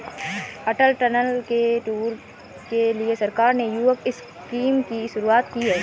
अटल tunnel के tour के लिए सरकार ने युवक स्कीम की शुरुआत की है